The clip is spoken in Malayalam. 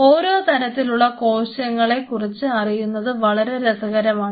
ഓരോ തരത്തിലുള്ള കോശങ്ങളെ കുറിച്ച് അറിയുന്നത് വളരെ രസകരമാണ്